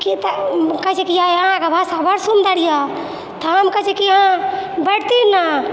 कि तऽ कहै छै कि ये अहाँके भाषा बड्ड सुन्दर यहऽ तऽ हम कहे छियै हँ बैठतियै ने